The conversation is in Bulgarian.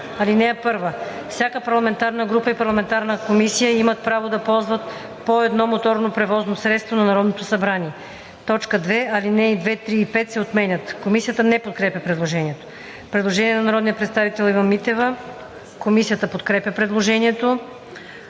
„(1) Всяка парламентарна група и парламентарна комисия имат право да ползват по едно моторно превозно средство на Народното събрание.“ 2. Алинеи 2, 3 и 5 се отменят.“ Комисията не подкрепя предложението. Предложение на народния представител Ива Митева и група народни